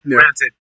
Granted